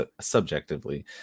subjectively